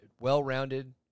well-rounded